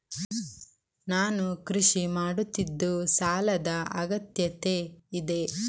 ನಾನು ಕೃಷಿ ಮಾಡುತ್ತಿದ್ದು ಸಾಲದ ಅಗತ್ಯತೆ ಇದೆ?